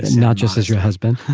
not just as your husband,